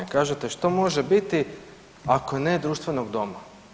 Kažete što može biti ako ne društvenog doma.